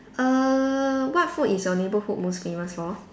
err what food is your neighborhood most famous for